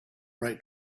right